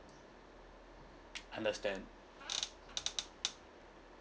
understand